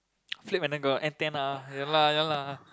flip an angle antenna ya lah ya lah